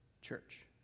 church